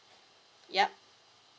yup